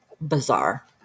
Bizarre